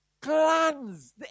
clans